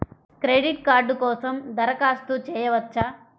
Credit card కోసం దరఖాస్తు చేయవచ్చా?